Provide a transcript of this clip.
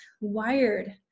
wired